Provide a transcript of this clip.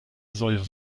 soll